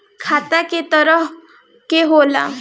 खाता क तरह के होला?